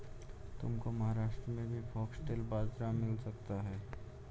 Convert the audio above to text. तुमको महाराष्ट्र में भी फॉक्सटेल बाजरा मिल सकता है